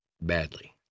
badly